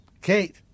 Kate